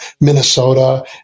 Minnesota